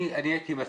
אני הייתי מציע,